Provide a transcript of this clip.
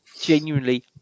Genuinely